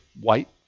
white